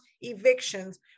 evictions